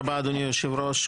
תודה רבה, אדוני היושב ראש.